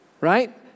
right